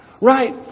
right